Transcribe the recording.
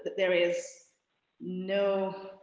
there is no,